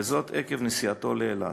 וזאת עקב נסיעתו לאילת.